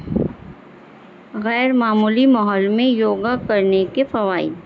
غیرممولی ماحول میں یوگا کرنے کے فوائ